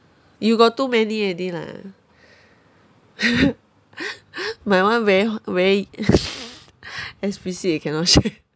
you got too many already lah my one very very explicit I cannot share